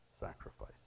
sacrifice